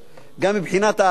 גם מבחינת ההלכה,